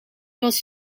was